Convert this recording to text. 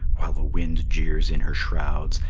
while the wind jeers in her shrouds,